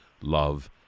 love